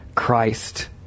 christ